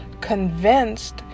convinced